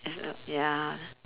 as a ya